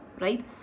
Right